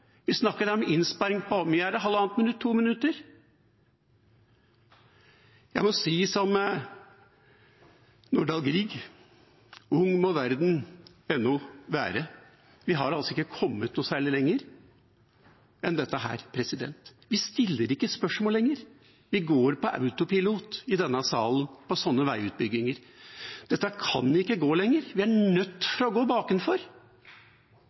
Vi snakker her om en innsparing på – hvor mye er det – halvannet minutt, to minutter. Jeg må si som Nordahl Grieg: «Ung må verden ennu være.» Vi har altså ikke kommet noe særlig lenger enn dette. Vi stiller ikke spørsmål lenger. Vi går på autopilot i denne salen når det gjelder sånne veiutbygginger. Dette kan ikke gå lenger. Vi er nødt til å gå